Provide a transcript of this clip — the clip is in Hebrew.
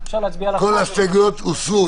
אם כך, כל ההסתייגות הוסרו.